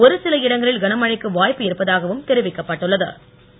ஒருசில இடங்களில் கனமழைக்கு வாய்ப்பு இருப்பதாகவும் தெரிவிக்கப்பட்டுள்ள து